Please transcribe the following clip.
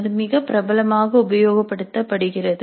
அது மிக பிரபலமாக உபயோகப்படுத்தப்படுகிறது